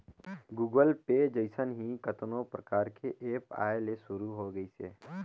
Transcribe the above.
Google Pay जइसन ही कतनो परकार के ऐप आये ले शुरू होय गइसे